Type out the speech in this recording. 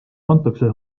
antakse